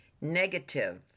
Negative